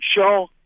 Show